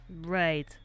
Right